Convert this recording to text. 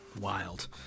wild